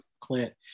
Clint